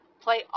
play